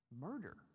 Murder